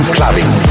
Clubbing